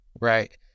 Right